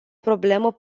problemă